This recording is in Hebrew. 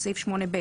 התשנ"ט-1999,